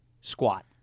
squat